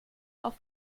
auf